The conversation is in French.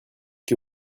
que